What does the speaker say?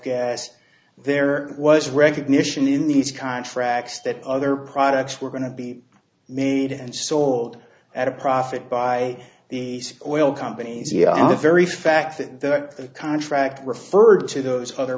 t there was recognition in these contracts that other products were going to be made and sold at a profit by the oil companies the very fact that the contract referred to those other